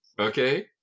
Okay